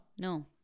No